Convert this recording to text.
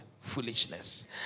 foolishness